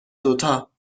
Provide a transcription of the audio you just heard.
دوتا